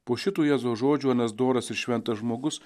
po šitų jėzaus žodžių anas doras ir šventas žmogus